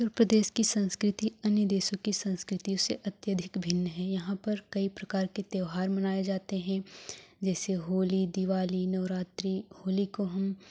उत्तर प्रदेश की संस्कृति अन्य देशों की संस्कृति से अत्यधिक भिन्न है यहाँ पर कई प्रकार के त्योहार मनाए जाते हैं जैसे होली दीवाली नवरात्री होली को हम